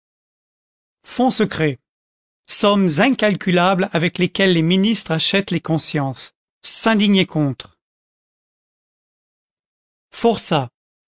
fonds secrets sommes incalculables avec lesquelles les ministres achètent les consciences s'indigner contre forcats